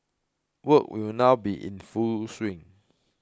works will now be in full swing